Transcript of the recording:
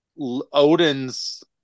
Odin's